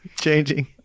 changing